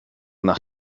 nach